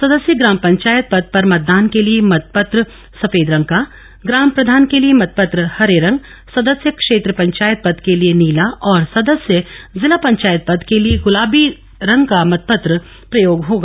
सदस्य ग्राम पंचायत पद पर मतदान के लिए मतपत्र सफेद रंग का ग्राम प्रधान के लिए मत पत्र हरे रंग सदस्य क्षेत्र पंचायत पद के लिए नीला और सदस्य जिला पंचायत पद के लिए गुलाबी रंग का मतपत्र प्रयोग होगा